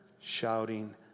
shouting